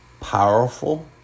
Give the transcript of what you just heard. powerful